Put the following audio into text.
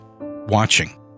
watching